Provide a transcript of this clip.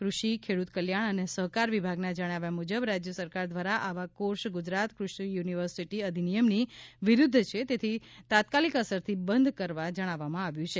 ક્રષિ ખેડૂત કલ્યાણ અને સહકાર વિભાગના જણાવ્યા મુજબ રાજય સરકાર દ્વારા આવા કોર્ષ ગુજરાત ક્રષિ યુનિવર્સિટી અધિનિયમની વિરૂદ્ધ છે તેથી તાત્કાલિક અસરથી બંધ કરવા જણાવવામાં આવ્યું છે